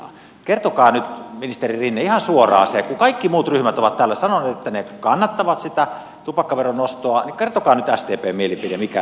kertokaa nyt ministeri rinne ihan suoraan se kun kaikki muut ryhmät ovat täällä sanoneet että ne kannattavat sitä tupakkaveron nostoa sdpn mielipide mikä se on